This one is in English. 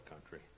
country